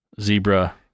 Zebra